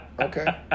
Okay